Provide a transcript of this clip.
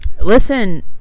listen